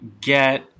get